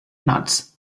nuts